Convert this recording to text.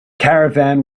caravan